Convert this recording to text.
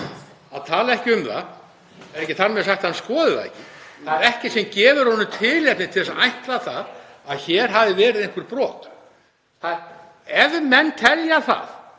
að tala ekki um það, þá er ekki þar með sagt að hann skoði það ekki. Það er ekkert sem gefur honum tilefni til að ætla það að hér hafi verið einhver brot. Ef menn telja að